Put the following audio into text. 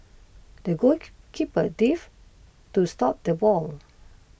the goalkeeper dive to stop the ball